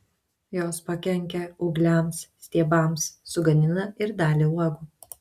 jos pakenkia ūgliams stiebams sugadina ir dalį uogų